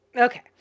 okay